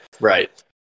right